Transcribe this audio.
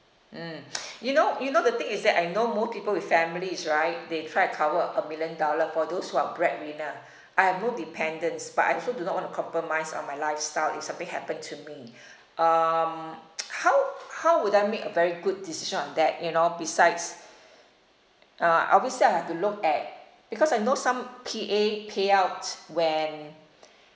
mm you know you know the thing is that I know most people with families right they tried cover a million dollar for those who are breadwinner I have no dependants but I also do not want to compromise on my lifestyle if something happened to me um how how would that make a very good decision on that you know besides uh obviously I'll have to look at because I know some P_A pay out when